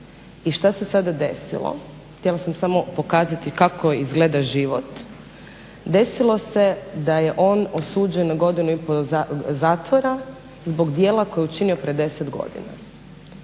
I šta se sada desilo? Htjela sam samo pokazati kako izgleda život. Desilo se da je on osuđen na 1,5 godinu zatvora zbog dijela koje je učinio prije 10 godina.